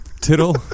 tittle